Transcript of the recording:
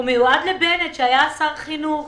הוא מיועד לבנט, שהיה אז שר חינוך.